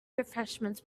refreshments